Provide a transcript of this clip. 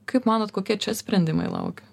kaip manot kokie čia sprendimai laukia